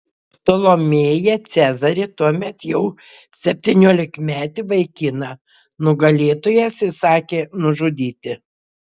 ptolemėją cezarį tuomet jau septyniolikmetį vaikiną nugalėtojas įsakė nužudyti